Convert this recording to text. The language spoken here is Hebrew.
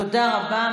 תודה רבה.